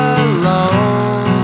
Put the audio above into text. alone